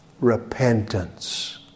repentance